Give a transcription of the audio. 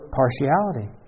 partiality